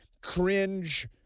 cringe